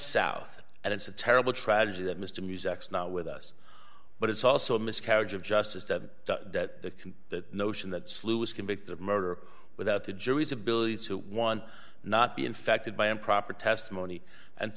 south and it's a terrible tragedy that mr music's not with us but it's also a miscarriage of justice that the notion that slew was convicted of murder without the jury's ability to one not be infected by improper testimony and